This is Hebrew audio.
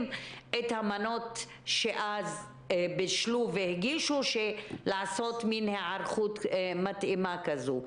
את המנות שהם בישלו והגישו ולעשות היערכות מתאימה כזו.